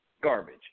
Garbage